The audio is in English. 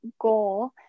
goal